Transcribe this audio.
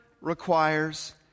requires